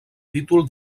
títol